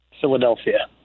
Philadelphia